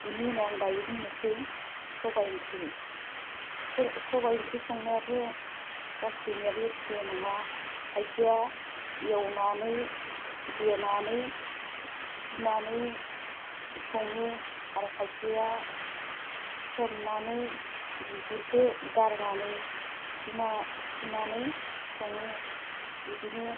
बिनि उनाव आं दायो बुंनोसै सबाइ ओंख्रि सोर सबाइ ओंख्रि संनायाथ' गासैनियाबो एसे नङा खायसेया एवनानै देनानै सुनानै सङो आरो खायसेया सोमनानै बिगुरखो गारनानै सुना सुनानै सङो बिदिनो